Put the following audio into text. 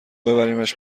ببریمش